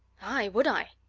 aye, would i!